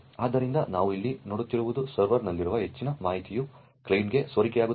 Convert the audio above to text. ಆದ್ದರಿಂದ ನಾವು ಇಲ್ಲಿ ನೋಡುತ್ತಿರುವುದು ಸರ್ವರ್ನಲ್ಲಿರುವ ಹೆಚ್ಚಿನ ಮಾಹಿತಿಯು ಕ್ಲೈಂಟ್ಗೆ ಸೋರಿಕೆಯಾಗುತ್ತದೆ